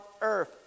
earth